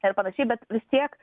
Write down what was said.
ir panašiai bet vis tiek